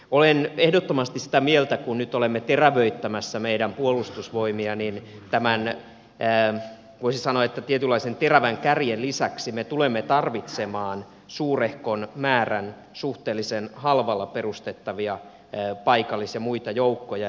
olen ehdottomasti sitä mieltä kun nyt olemme terävöittämässä meidän puolustusvoimia että tämän voisi sanoa tietynlaisen terävän kärjen lisäksi me tulemme tarvitsemaan suurehkon määrän suhteellisen halvalla perustettavia paikallis ja muita joukkoja